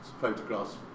photographs